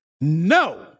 No